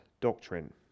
doctrine